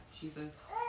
Jesus